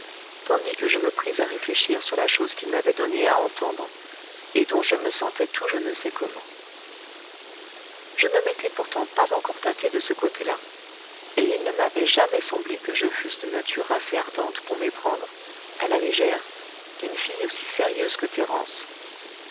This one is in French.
tandis que je me pris à réfléchir sur la chose qu'il m'avait donnée à entendre et dont je me sentais tout je ne sais comment je ne m'étais pourtant pas encore tâté de ce côté-là et il ne m'avait jamais semblé que je fusse de nature assez ardente pour m'éprendre à la légère d'une fille aussi sérieuse que